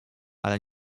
ale